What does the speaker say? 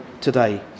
today